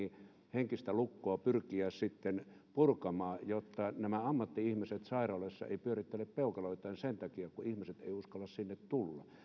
henkistä lukkoakin pyrkiä sitten purkamaan jotta ammatti ihmiset sairaaloissa eivät pyörittele peukaloitaan sen takia että ihmiset eivät uskalla sinne tulla